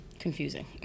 Confusing